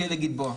בכלא גלבוע,